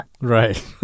Right